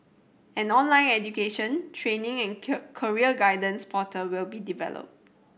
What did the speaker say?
an online education training and career guidance portal will be developed